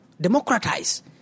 democratize